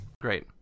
great